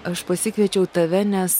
aš pasikviečiau tave nes